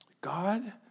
God